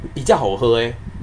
比较好喝 eh